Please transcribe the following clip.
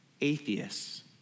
atheists